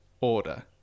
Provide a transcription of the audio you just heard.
order